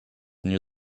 near